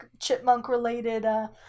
chipmunk-related